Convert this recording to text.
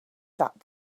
that